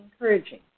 encouraging